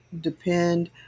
depend